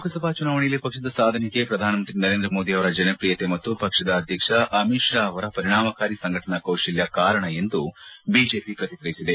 ಲೋಕಸಭಾ ಚುನಾವಣೆಯಲ್ಲಿ ಪಕ್ಷದ ಸಾಧನೆಗೆ ಶ್ರಧಾನಮಂತ್ರಿ ನರೇಂದ್ರ ಮೋದಿ ಅವರ ಜನಪ್ರಿಯತೆ ಮತ್ತು ಪಕ್ಷದ ಅಧ್ಯಕ್ಷ ಅಮಿತ್ ಷಾ ಅವರ ಪರಿಣಾಮಕಾರಿ ಸಂಘಟನಾ ಕೌಶಲ್ಯ ಕಾರಣ ಎಂದು ಬಿಜೆಪಿ ಪ್ರತಿಕ್ರಿಯಿಸಿದೆ